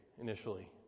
initially